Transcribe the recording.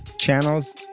channels